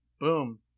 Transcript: boom